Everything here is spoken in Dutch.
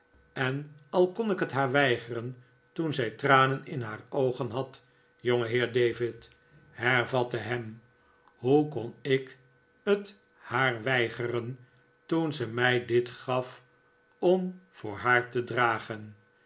en al kon ik het haar weigeren toen zij tranen in haar oogen had jongeheer david hervatte ham hoe kon ik het haar weigeren toen ze mij dit gaf om voor haar te dragen